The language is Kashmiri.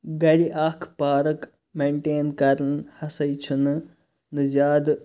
گَرٕ اکھ پارَک میٚنٹین کَرٕنۍ ہَسا چھَنہٕ نہَ زیادٕ